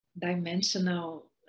dimensional